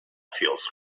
feels